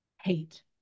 hate